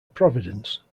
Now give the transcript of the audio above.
providence